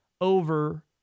over